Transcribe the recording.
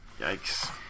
Yikes